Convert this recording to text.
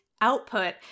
output